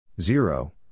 Zero